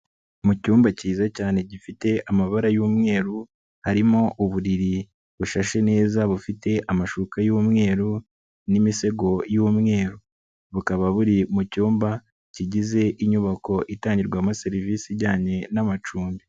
Mu cyumba cyiza cyane gifite amabara y'umweru, harimo uburiri bushashe neza bufite amashuka y'umweru, n'imisego y'umweru, bukaba buri mu cyumba kigize inyubako itangirwamo serivisi ijyanye n'amacumbi.